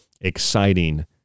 exciting